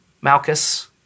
Malchus